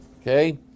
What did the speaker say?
okay